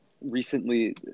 recently